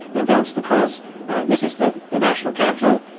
and that's because this is the the national capital,